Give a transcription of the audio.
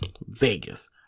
Vegas